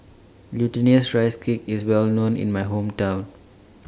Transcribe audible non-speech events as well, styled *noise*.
Glutinous Rice Cake IS Well known in My Hometown *noise*